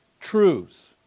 truths